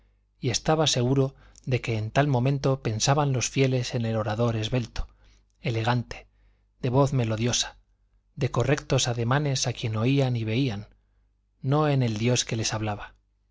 y estaba seguro de que en tal momento pensaban los fieles en el orador esbelto elegante de voz melodiosa de correctos ademanes a quien oían y veían no en el dios de que les hablaba